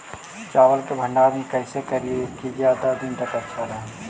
चावल के भंडारण कैसे करिये की ज्यादा दीन तक अच्छा रहै?